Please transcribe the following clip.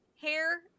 hair